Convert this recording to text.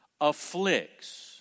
afflicts